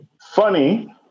Funny